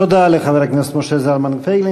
תודה לחבר הכנסת משה זלמן פייגלין.